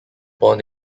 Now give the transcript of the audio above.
born